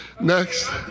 next